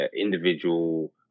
individual